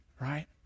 Right